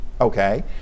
Okay